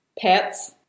pets